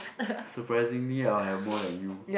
surprisingly I will have more than you